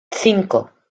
cinco